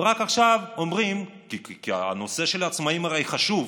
ורק עכשיו אומרים, כי הרי הנושא של העצמאים חשוב.